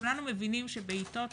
כולנו מבינים שבעתות